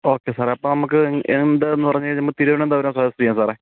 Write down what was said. okay സാറേ അപ്പോൾ നമുക്ക് എ എന്താന്നു പറഞ്ഞുകഴിഞ്ഞാൽ നമുക്ക് തിരുവനന്തപുരം സജസ്റ്റ് ചെയ്യാം സാറേ